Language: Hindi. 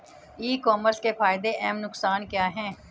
ई कॉमर्स के फायदे एवं नुकसान क्या हैं?